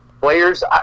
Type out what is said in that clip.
players